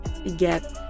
Get